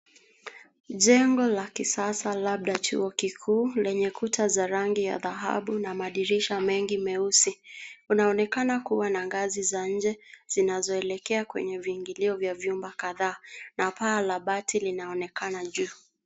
Jengo la kisasa labda chuo kikuu lenye kuta za rangi ya dhahabu na madirisha mengi meusi. Unaonekana kuwa na ngazi za nje zinazoelekea kwenye viingilio vya vyumba kadhaa na paa la bati linaonekana juu.